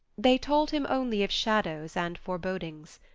they told him only of shadows and forebodings.